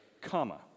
comma